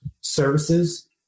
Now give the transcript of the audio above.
services